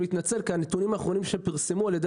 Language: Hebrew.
אני מתנצל כי הנתונים האחרונים שפורסמו על-ידי